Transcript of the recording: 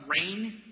rain